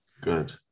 good